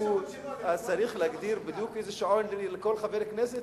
אז צריך להגדיר בדיוק איזה שעון יש לכל חבר כנסת,